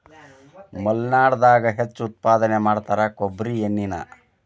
ಮಲ್ನಾಡದಾಗ ಹೆಚ್ಚು ಉತ್ಪಾದನೆ ಮಾಡತಾರ ಕೊಬ್ಬ್ರಿ ಎಣ್ಣಿನಾ